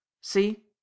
see